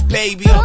baby